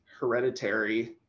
hereditary